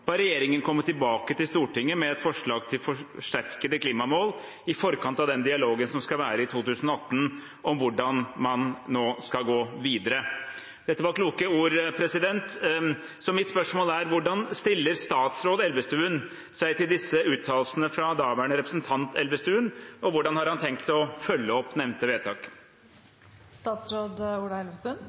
ba regjeringen komme tilbake til Stortinget med et forslag til forsterkede klimamål i forkant av den dialogen som skal være i 2018, om hvordan man nå skal gå videre. Dette var kloke ord. Mitt spørsmål er: Hvordan stiller statsråd Elvestuen seg til disse uttalelsene fra daværende representant Elvestuen, og hvordan har han tenkt å følge opp nevnte vedtak? Da kan jeg bekrefte at statsråd Elvestuen er veldig enig med representant Elvestuen.